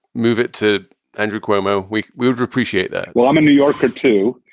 move it to andrew cuomo. we we would appreciate that well, i'm a new yorker, too.